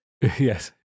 Yes